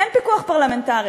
אין פיקוח פרלמנטרי.